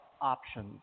options